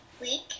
week